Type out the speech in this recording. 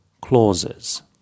clauses